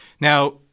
Now